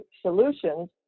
solutions